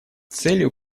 целью